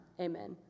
Amen